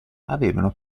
avevano